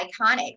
iconic